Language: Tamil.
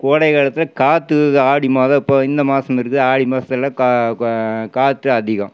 கோடை காலத்தில் காற்று ஆடி மாதம் இப்போ இந்த மாசம்ங்கிறது ஆடி மாசத்தில் காற்று அதிகம்